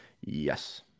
Yes